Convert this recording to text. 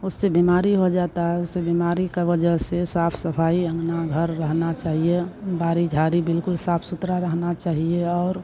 उससे बीमारी हो जाती है उससे बीमारी की वजह से साफ सफाई अंगना घर रहना चाहिए बारी झारी बिल्कुल साफ सुथरा रहना चाहिए और